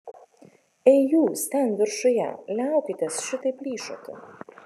ei jūs ten viršuje liaukitės šitaip plyšoti